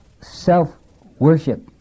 self-worship